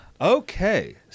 Okay